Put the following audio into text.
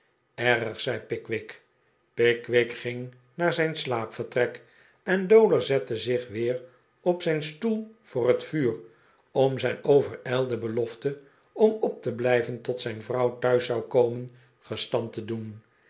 erg zei pickwick pickwick ging naar zijn slaapvertrek en dowler zette zich weer op zijn stoel voor het vuur om zijn overijlde belofte om op te blijven tot zijn vrouw thuis zou komen gestand te doen